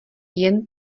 jen